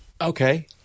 Okay